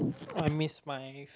I miss my